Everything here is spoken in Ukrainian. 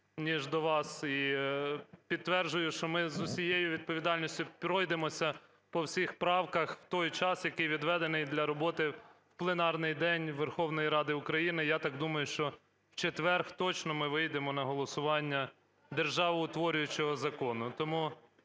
ніж до вас. І підтверджую, що ми з усією відповідальністю пройдемося по всіх правках в той час, який відведений для роботи в пленарний день Верховної Ради України. Я так думаю, що в четвер точно ми вийдемо на голосування державоутворюючого закону. Тому